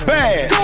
Bad